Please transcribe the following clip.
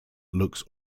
looks